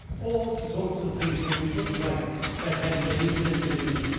all sorts of things will be put right that hadn't any sense in them.